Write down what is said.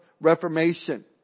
Reformation